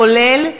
כולל,